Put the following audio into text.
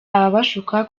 ababashuka